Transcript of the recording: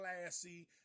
classy